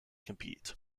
compete